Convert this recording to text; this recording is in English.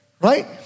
right